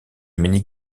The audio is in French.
mini